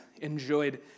enjoyed